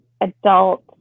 adult